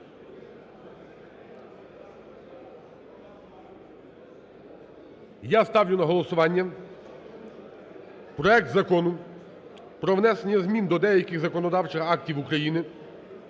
Я ставлю на голосування проект Закону про внесення змін до деяких законодавчих актів України